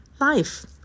Life